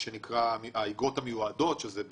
אני מאלה שסבור שלא בהכרח שחקלאי יהיה שר חקלאות.